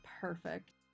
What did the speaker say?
Perfect